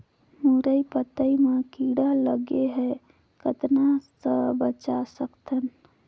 मुरई पतई म कीड़ा लगे ह कतना स बचा सकथन?